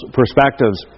perspectives